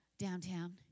downtown